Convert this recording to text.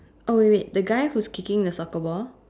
oh wait wait the guy who's kicking the soccer ball